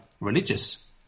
religious